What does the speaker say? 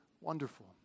wonderful